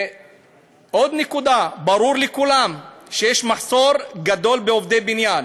עוד נקודה: ברור לכולם שיש מחסור גדול בעובדי בניין,